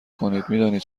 کنین، میدانید